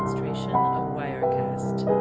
trees ah wirecast